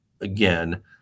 again